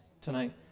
Tonight